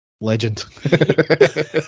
Legend